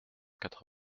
quatre